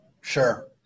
Sure